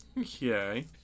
Okay